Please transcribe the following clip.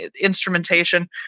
instrumentation